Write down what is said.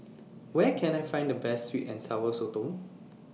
Where Can I Find The Best Sweet and Sour Sotong